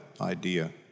idea